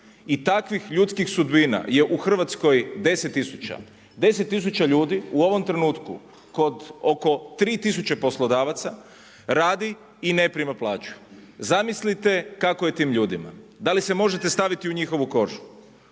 i takvih ljudskih sudbina je u Hrvatskoj 10 tisuća. 10 tisuća ljudi u ovom trenutku kod oko tri tisuće poslodavaca radi i ne prima plaću. Zamislite kako je tim ljudima? Da li se možete staviti u njihovu kožu?